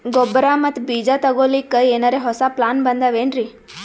ಗೊಬ್ಬರ ಮತ್ತ ಬೀಜ ತೊಗೊಲಿಕ್ಕ ಎನರೆ ಹೊಸಾ ಪ್ಲಾನ ಬಂದಾವೆನ್ರಿ?